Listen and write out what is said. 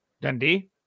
Dundee